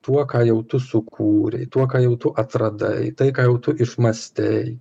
tuo ką jau tu sukūrei tuo ką jau tu atradai tai ką jau tu išmąstei